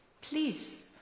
Please